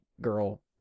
girl